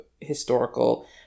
historical